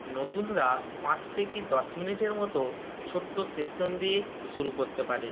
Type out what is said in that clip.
নতুনরা পাঁচ থেকে দশ মিনিটের মতো ছোট্টো সেশন দিয়ে শুরু করতে পারে